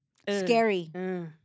scary